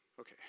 Okay